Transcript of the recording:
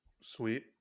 Sweet